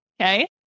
Okay